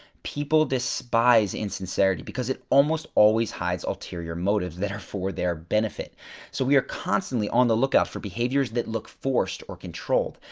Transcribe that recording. people despise insincerity because it almost always hides ulterior motives that are for their benefit. so we are constantly on the lookout for behaviors that look forced or controlled.